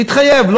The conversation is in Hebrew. התחייב.